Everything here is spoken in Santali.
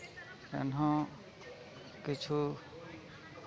ᱮᱱᱦᱚᱸ ᱠᱤᱪᱷᱩ